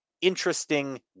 interesting